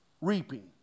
reaping